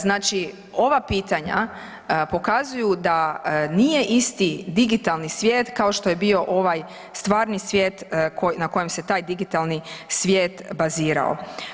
Znači ova pitanja pokazuju da nije isti digitalni svijet kao što je bio ovaj stvarni svijet na kojem se taj digitalni svijet bazirao.